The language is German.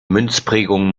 münzprägung